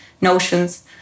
notions